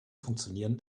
funktionieren